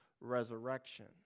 resurrection